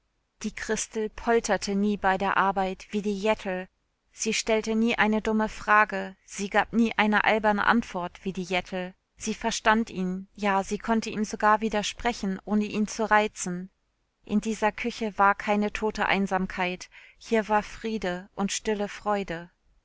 die christel polterte nie bei der arbeit wie die jettel sie stellte nie eine dumme frage sie gab nie eine alberne antwort wie die jettel sie verstand ihn ja sie konnte ihm sogar widersprechen ohne ihn zu reizen in dieser küche war keine tote einsamkeit hier war friede und stille freude